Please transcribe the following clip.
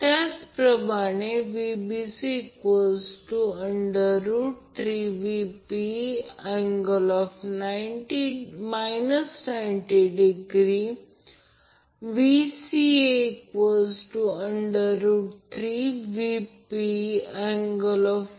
त्याचप्रमाणे VabVca बनवल्यास VL angle 30° VL angle 210° आहे म्हणून Vca Vabअँगल 240o मिळेल किंवा इतर मार्गाने 360° जोडा तर Vca Vab अँगल 120o हे रिलेशन आहे